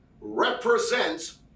represents